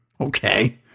Okay